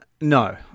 no